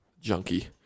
junkie